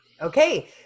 Okay